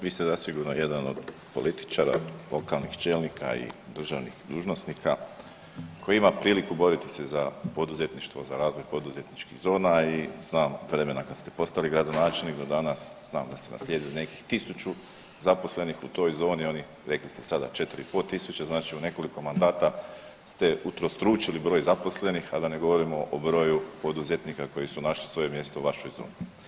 Vi ste zasigurno jedan od političara, lokalnih čelnika i državnih dužnosnika koji ima priliku boriti se za poduzetništvo, za razvoj poduzetničkih zona i znam vremena kad se postali gradonačelnik do danas znam da ste naslijedili nekih 1 000 zaposlenih u toj zoni, oni, rekli ste sada, 4 500 tisuće, znači u nekoliko mandata ste utrostručili broj zaposlenih, a da ne govorimo o broju poduzetnika koji su našli svoje mjesto u vašoj zoni.